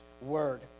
word